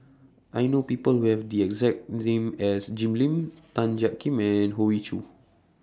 I know People Who Have The exact name as Jim Lim Tan Jiak Kim and Hoey Choo